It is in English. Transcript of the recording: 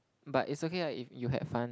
but it's okay lah if you had fun